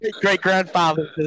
great-grandfather